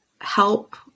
help